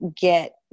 get